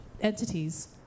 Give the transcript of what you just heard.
entities